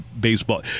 baseball